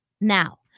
now